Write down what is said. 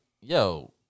yo